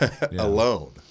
alone